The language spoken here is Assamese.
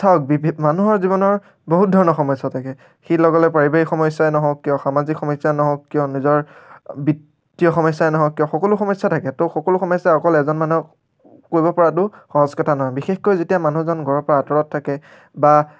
চাওক বিবি মানুহৰ জীৱনৰ বহুত ধৰণৰ সমস্যা থাকে সি লগিলে পাৰিবাৰিক সমস্যাই নহওক কিয় সামাজিক সমস্যা নহওক কিয় নিজৰ বিত্তীয় সমস্যাই নহওক কিয় সকলো সমস্যা থাকে তো সকলো সমস্যা অকল এজন মানুহক কৰিব পৰাতো সহজ কথা নহয় বিশেষকৈ যেতিয়া মানুহজন ঘৰৰ পৰা আঁতৰত থাকে বা